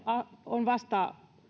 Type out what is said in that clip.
on vasta